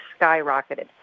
skyrocketed